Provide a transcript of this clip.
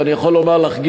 ואני יכול לומר לך,